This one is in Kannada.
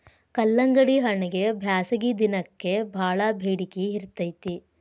ಕಲ್ಲಂಗಡಿಹಣ್ಣಗೆ ಬ್ಯಾಸಗಿ ದಿನಕ್ಕೆ ಬಾಳ ಬೆಡಿಕೆ ಇರ್ತೈತಿ